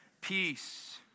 Peace